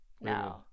No